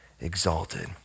exalted